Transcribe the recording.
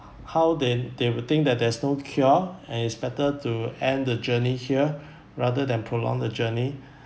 how then they will think that there's no cure and it's better to end the journey here rather than prolonged the journey